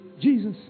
Jesus